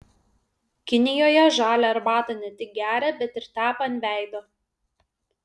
kinijoje žalią arbatą ne tik geria bet ir tepa ant veido